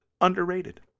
underrated